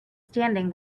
standing